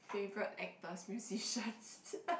favourite actors musicians